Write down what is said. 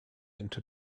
into